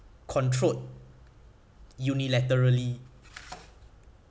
controlled unilaterally